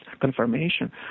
confirmation